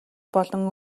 болон